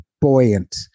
buoyant